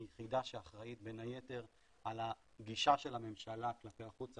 זו יחידה שאחראית בין היתר על הגישה של הממשלה כלפי החוצה,